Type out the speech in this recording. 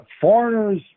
foreigners